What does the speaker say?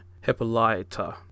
Hippolyta